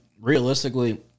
realistically